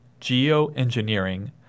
geoengineering